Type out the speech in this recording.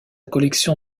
collection